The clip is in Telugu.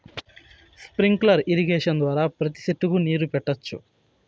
స్ప్రింక్లర్ ఇరిగేషన్ ద్వారా ప్రతి సెట్టుకు నీరు పెట్టొచ్చు